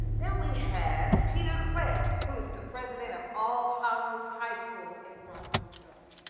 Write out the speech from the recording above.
now we have peter krebbs who is the president of all hallows high school in bronx, new york.